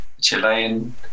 Chilean